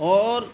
اور